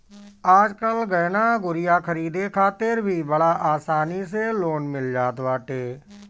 आजकल गहना गुरिया खरीदे खातिर भी बड़ा आसानी से लोन मिल जात बाटे